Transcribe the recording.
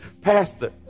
Pastor